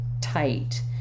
tight